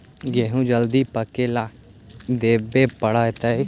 गेहूं जल्दी पके ल का देबे पड़तै?